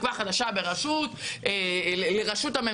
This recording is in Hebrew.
תקווה חדשה לראשות הממשלה.